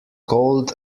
cold